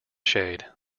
shade